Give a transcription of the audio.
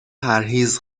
پرهیز